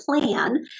plan